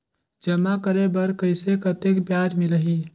जमा करे बर कइसे कतेक ब्याज मिलही?